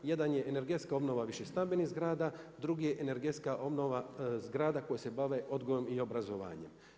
Jedan je energetska obnova višestambenih zgrada, drugi je energetska obnova zgrada koje se bave odgojom i obrazovanjem.